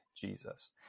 Jesus